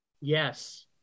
yes